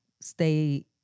stay